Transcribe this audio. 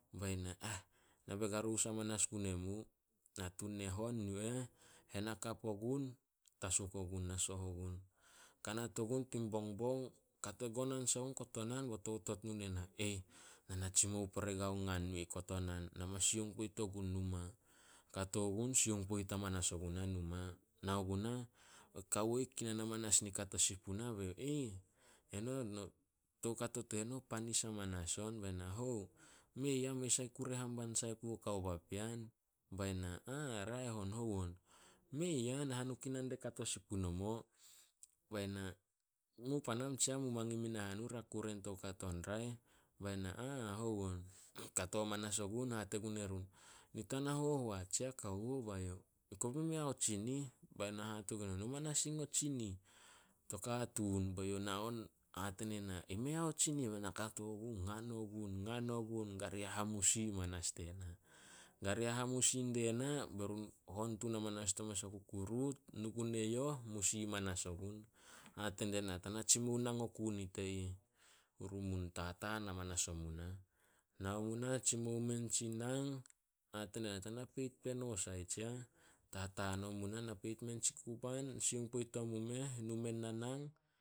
Bai na, "Ah! Na ba karous amanas gun emu." Natu neh on yu eh, hen hakap ogun, tasuk ogun na soh ogun. Kanat ogun tin bongbong, kate gonan sai ogun kotonan bo totot nu ne na. Na na tsimou pore gua ngan yu ih kotonan. Na mas sioung poit ogun numa. Kato gun sioung poit amanas ogunah numa. Nao gunah, kawo ih kinan amanas i kato sin puna be youh, eno toukato teno panis amanas on. Bai na, "Hou." "Mei ah, mei sai kure haban puo kao papean." Bai na, "Ah raeh on." "Hou on." "Mei ah, nahanu kinan die kato sin punomo." Bai na, "Mu panam tsiah, mu mangin mui nahau ra kato in toukato in raeh." Bai na, "Ah." "Hou on?" Kato amanas ogun hate gun erun, "Nit tana hohoat tsiah kawo." Ba youh, "Kobe mei ao tsinih." Bai na hate gun eyouh, "No ma na sing o tsinih to katuun." Be youh na on, hate ne na, "I mei ao tsinih." Be na kato gun ngan ogun- ngan ogun. Gare hahamusi amanas die na. Gare hamusi die na, be run hon tun hamanas dio mes o kukuruut. Nu gun eyouh, musi amanas ogun. Hate die na, "Tana tsimou nang oku nit e ih Hurumun." Tataan amanas omu nah, nao mu nah, tsimou men tsi nang. Hate die na, "Tana peit peno sai tsiah." Tataan ommu nah, na peit men tsi kuban, sioung poit omumeh, nu men na nang,